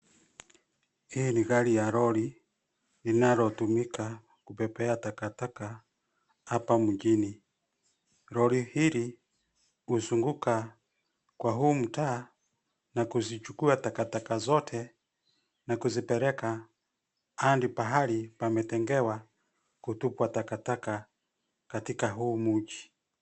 Hii ni gari ya lori, linalotumika kubebea takataka hapa mjini. Lori hili, huzunguka kwa huu mtaa na kuzichukua takataka zote na kuzipeleka hadi pahali pametengewa kutupwa takataka katika huu mji.